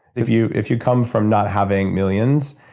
if you if you come from not having millions,